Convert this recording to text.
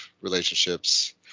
relationships